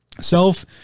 Self